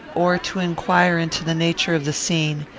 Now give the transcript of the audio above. or to inquire into the nature of the scene,